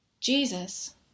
Jesus